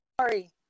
sorry